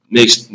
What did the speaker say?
Next